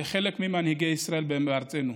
כחלק ממנהיגי ישראל בארצנו.